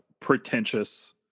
pretentious